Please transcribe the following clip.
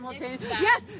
Yes